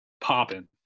popping